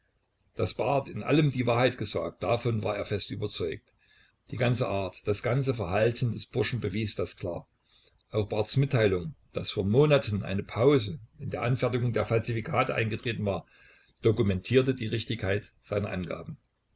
barth ihm in allem die wahrheit gesagt davon war er fest überzeugt die ganze art das ganze verhalten des burschen bewies das klar auch barths mitteilung daß vor monaten eine pause in der anfertigung der falsifikate eingetreten war dokumentierte die richtigkeit seiner angaben